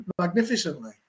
magnificently